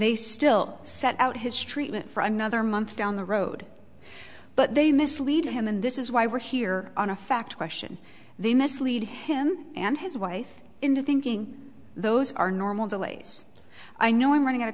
they still set out his treatment for another month down the road but they mislead him and this is why we're here on a fact question they mislead him and his wife into thinking those are normal delays i know i'm running out of